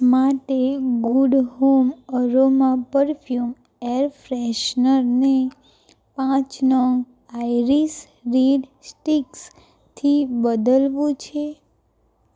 માટે Good Home aroma perfume air ફ્રેશનરને પાંચ નંગ આઈરીસ રીડ સ્ટિક્સથી બદલવું છે